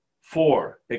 Four